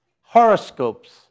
horoscopes